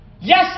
Yes